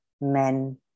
men